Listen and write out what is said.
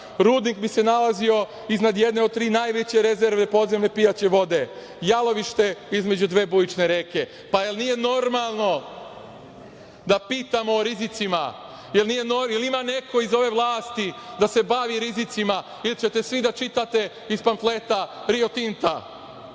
rudnik bi se nalazio iznad jedne od tri najveće rezervne podzemne pijaće vode, jalovište između dve bujične reke, pa jel nije normalno da pitamo o rizicima? Da li ima neko iz ove vlasti da se bavi rizicima ili ćete svi da čitate iz pamfleta Rio Tinta?